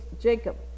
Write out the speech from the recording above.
Jacob